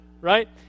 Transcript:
right